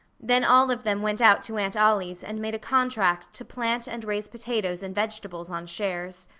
then all of them went out to aunt ollie's and made a contract to plant and raise potatoes and vegetables on shares.